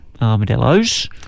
Armadillo's